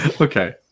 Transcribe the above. Okay